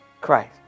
Christ